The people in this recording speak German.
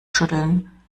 schütteln